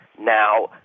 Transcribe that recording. now